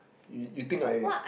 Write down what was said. you you think I